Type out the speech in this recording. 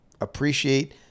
appreciate